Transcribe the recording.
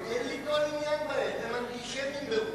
כי אין לי כל עניין בהם, הם אנטישמים ברובם.